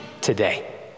today